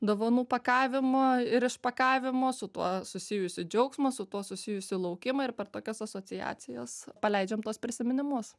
dovanų pakavimo ir išpakavimo su tuo susijusį džiaugsmą su tuo susijusį laukimą ir per tokias asociacijas paleidžiam tuos prisiminimus